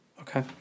Okay